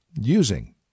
using